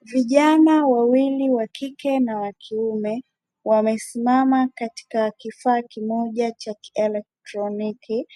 Vijana wawili wa kike na wa kiume wamesimama katika kifaa kimoja cha kielektroniki